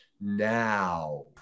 now